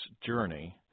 journey